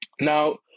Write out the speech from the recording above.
Now